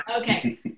Okay